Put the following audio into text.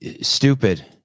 stupid